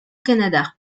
canada